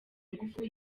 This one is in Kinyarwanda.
ngufu